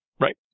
Right